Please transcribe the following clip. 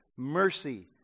Mercy